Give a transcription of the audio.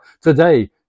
today